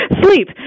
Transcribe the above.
Sleep